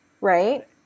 right